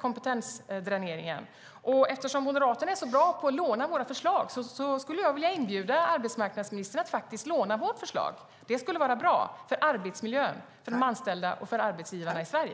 kompetensdräneringen, och eftersom Moderaterna är så bra på att låna våra förslag skulle jag vilja inbjuda arbetsmarknadsministern att låna det förslaget. Det skulle vara bra för arbetsmiljön, för de anställda och för arbetsgivarna i Sverige.